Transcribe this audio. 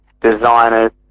designers